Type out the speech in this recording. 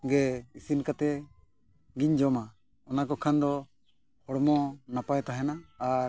ᱜᱮ ᱤᱥᱤᱱ ᱠᱟᱛᱮᱫ ᱜᱮᱧ ᱡᱚᱢᱟ ᱚᱱᱟ ᱠᱷᱟᱱ ᱫᱚ ᱦᱚᱲᱢᱚ ᱱᱟᱯᱟᱭ ᱛᱟᱦᱮᱱᱟ ᱟᱨ